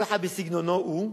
כל אחד בסגנונו הוא,